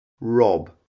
Rob